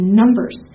numbers